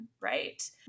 right